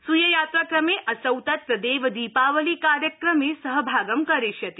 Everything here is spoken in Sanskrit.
स्वीय यात्राक्रमे असौ तत्र देवदीपावली कार्यक्रमे सहभागं करिष्यति